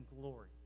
glory